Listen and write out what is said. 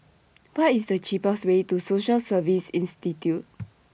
What IS The cheapest Way to Social Service Institute